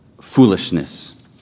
foolishness